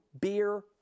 beer